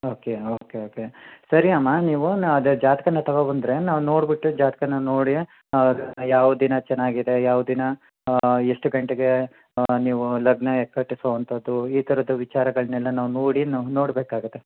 okay okay okay okay ಸರಿ ಅಮ್ಮ ನೀವು ನಾ ಅದೇ ಜಾತಕನ ತಗೋಂಬಂದ್ರೆ ನಾವು ನೋಡಿಬಿಟ್ಟು ಜಾತಕನ ನೋಡಿ ಯಾವ ದಿನ ಚೆನ್ನಾಗಿದೆ ಯಾವ ದಿನ ಎಷ್ಟು ಗಂಟೆಗೆ ನೀವು ಲಗ್ನ ಅಂತದ್ದು ಈ ಥರದ ವಿಚಾರಗಳನ್ನೆಲ್ಲಾ ನಾವು ನೋಡಿ ನಾವು ನೋಡಬೇಕಾಗತ್ತೆ